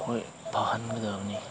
ꯑꯩꯈꯣꯏ ꯐꯍꯟꯒꯗꯕꯅꯤ